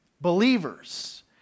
believers